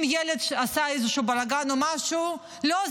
אם ילד עשה איזשהו בלגן או משהו: לא,